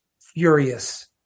furious